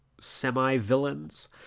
semi-villains